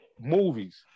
movies